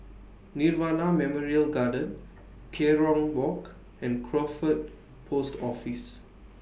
Nirvana Memorial Garden Kerong Walk and Crawford Post Office